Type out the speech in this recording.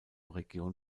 region